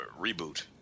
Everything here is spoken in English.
reboot